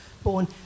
born